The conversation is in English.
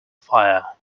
fire